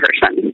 person